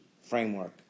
framework